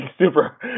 super